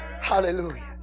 Hallelujah